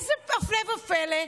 איזה הפלא ופלא?